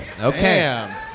Okay